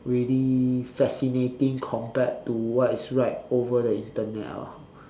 really fascinating compared to what is right over the internet ah